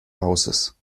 hauses